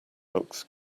looks